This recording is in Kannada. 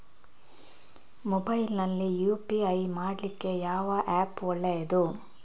ಮೊಬೈಲ್ ನಲ್ಲಿ ಯು.ಪಿ.ಐ ಮಾಡ್ಲಿಕ್ಕೆ ಯಾವ ಆ್ಯಪ್ ಒಳ್ಳೇದು?